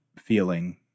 feeling